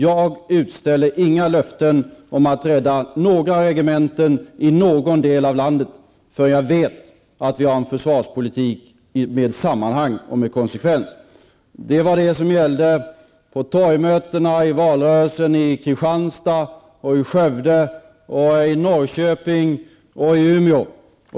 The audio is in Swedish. Jag utfäster inga löften om att rädda några regementen i någon del av landet, förrän jag vet att vi har en försvarspolitik med sammanhang och med konsekvens. Det var vad som gällde vid torgmötena i valrörelsen i Kristianstad, i Skövde, i Norrköping och i Umeå.